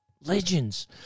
legends